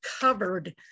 covered